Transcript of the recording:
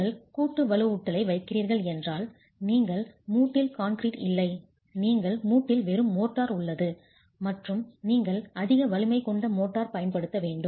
நீங்கள் கூட்டு வலுவூட்டலை வைக்கிறீர்கள் என்றால் நீங்கள் மூட்டில் கான்கிரீட் இல்லை நீங்கள் மூட்டில் வெறும் மோர்ட்டார் உள்ளது மற்றும் நீங்கள் அதிக வலிமை கொண்ட மோர்ட்டார் பயன்படுத்த வேண்டும்